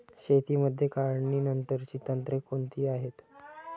शेतीमध्ये काढणीनंतरची तंत्रे कोणती आहेत?